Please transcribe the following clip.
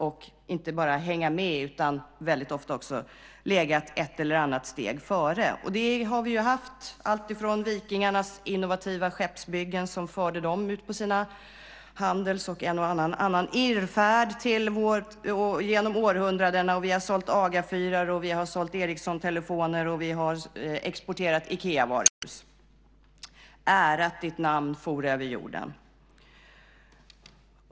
Vi har inte bara hängt med utan väldigt ofta också legat ett eller annat steg före. Denna förmåga har vi haft alltsedan vikingarnas innovativa skeppsbyggen som förde dem ut på sina handelsfärder, och en och annan irrfärd av annat slag, och vidare genom århundradena. Vi har sålt Agafyrar, vi har sålt Ericssontelefoner och vi har exporterat Ikeavaruhus. "Ärat ditt namn for över jorden."